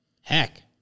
Heck